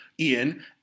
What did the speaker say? Ian